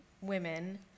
women